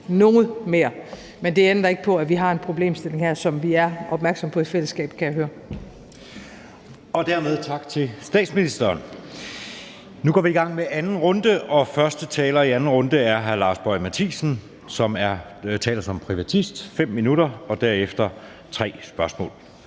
noget mere. Men det ændrer ikke på, at vi har en problemstilling her, som vi er opmærksomme på i fællesskab, kan jeg høre. Kl. 01:30 Anden næstformand (Jeppe Søe): Dermed tak til statsministeren. Nu går vi i gang med anden runde, og første taler i anden runde er hr. Lars Boje Mathiesen, som taler som privatist. Der er 5 minutter og derefter tre spørgsmål.